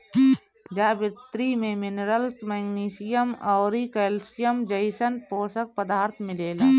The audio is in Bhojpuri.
जावित्री में मिनरल्स, मैग्नीशियम अउरी कैल्शियम जइसन पोषक पदार्थ मिलेला